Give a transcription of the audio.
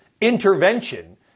intervention